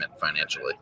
financially